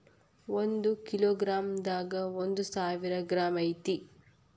ಒಂದ kilo gram ದಾಗ ಒಂದ ಸಾವಿರ ಗ್ರಾಂ ಐತಿ